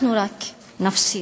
אנחנו רק נפסיד.